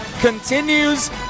continues